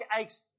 aches